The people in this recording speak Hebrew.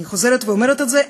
אני חוזרת ואומרת את זה,